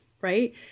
right